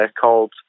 called